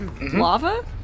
Lava